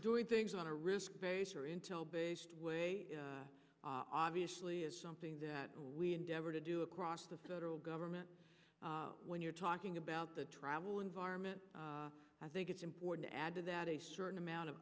doing things on a risk or intel based way obviously is something that we endeavor to do across the federal government when you're talking about the travel environment i think it's important to add to that a certain amount of